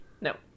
No